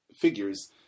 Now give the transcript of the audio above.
figures